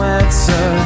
answer